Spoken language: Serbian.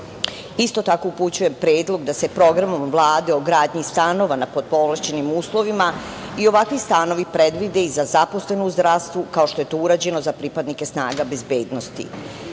tako, upućujem predlog da se programom Vlade o gradnji stanova pod povlašćenim uslovima i ovakvi stanovi predvide i za zaposlene u zdravstvu, kao što je to urađeno za pripadnike snaga bezbednosti,